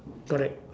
correct